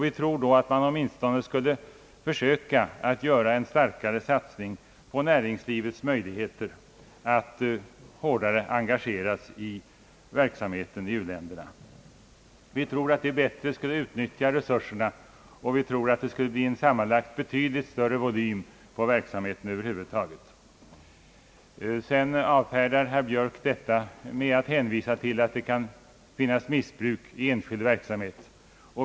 Vi tror att man därvid åtminstone skuile försöka åstadkomma en starkare satsning på näringslivets möjligheter att hårdare engageras i verksamheten i u-länderna. Vi tror att det skulle leda till ett bättre utnyttjande av resurserna och att verksamheten sammanlagt skulle få en betydligt större volym. Herr Björk avfärdar detta med att hänvisa till att det kan förekomma missbruk i enskild verksamhet.